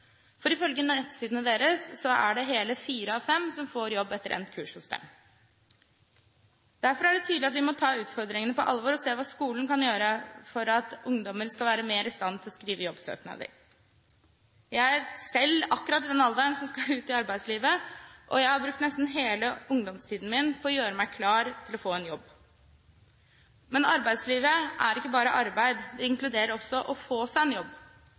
for ifølge nettsidene deres får hele fire av fem deltakere jobb etter endt kurs hos dem. Derfor er det tydelig at vi må ta utfordringene på alvor og se på hva skolen kan gjøre for at ungdommer skal være bedre i stand til å skrive jobbsøknader. Jeg er selv i den alderen, og skal ut i arbeidslivet, og jeg har brukt nesten hele ungdomstiden min på å gjøre meg klar til å få en jobb. Men arbeidslivet er ikke bare arbeid – det inkluderer også å få seg en jobb.